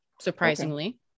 surprisingly